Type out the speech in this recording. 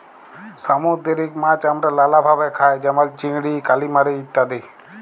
সামুদ্দিরিক মাছ আমরা লালাভাবে খাই যেমল চিংড়ি, কালিমারি ইত্যাদি